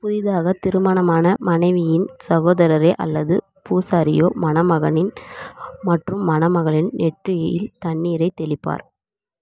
புதிதாகத் திருமணமான மனைவியின் சகோதரரே அல்லது பூசாரியோ மணமகனின் மற்றும் மணமகளின் நெற்றியில் தண்ணீரைத் தெளிப்பார்